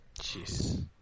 Jeez